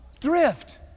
drift